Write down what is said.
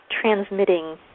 transmitting